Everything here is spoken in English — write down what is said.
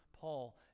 Paul